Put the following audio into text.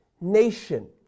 nation